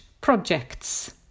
projects